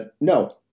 No